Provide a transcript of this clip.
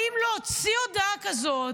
האם להוציא הודעה כזאת,